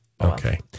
Okay